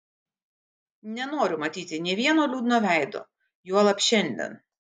nenoriu matyti nė vieno liūdno veido juolab šiandien